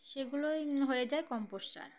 সেগুলোই হয়ে যায় কম্পোসার